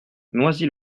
noisy